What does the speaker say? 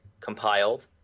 compiled